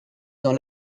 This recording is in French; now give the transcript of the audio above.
dans